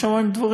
יש דברים,